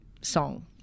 song